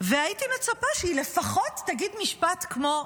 הייתי מצפה שהיא לפחות תגיד משפט כמו,